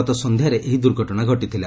ଗତ ସନ୍ଧ୍ୟାରେ ଏହି ଦୁର୍ଘଟଣା ଘଟିଥିଲା